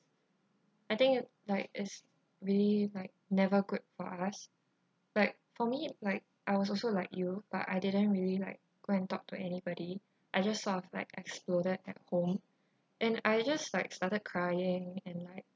I think like is really like never good for us like for me like I was also like you but I didn't really like go and talk to anybody I just sort of like exploded at home and I just like started crying and like